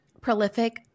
prolific